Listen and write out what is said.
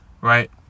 right